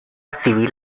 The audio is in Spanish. civil